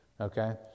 Okay